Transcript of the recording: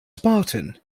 spartan